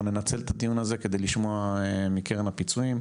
ננצל את הדיון הזה כדי לשמוע מה קורה עם הפיצויים,